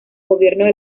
gobiernos